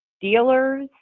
dealers